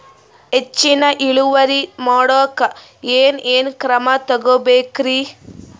ಹೆಚ್ಚಿನ್ ಇಳುವರಿ ಮಾಡೋಕ್ ಏನ್ ಏನ್ ಕ್ರಮ ತೇಗೋಬೇಕ್ರಿ?